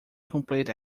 complete